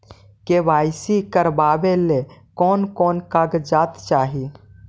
KYC करावे ले कोन कोन कागजात चाही?